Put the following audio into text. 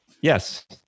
Yes